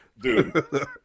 dude